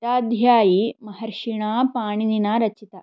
अष्टाध्यायी महर्षिणा पाणिनिना रचिता